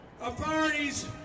authorities